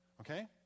okay